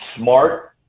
smart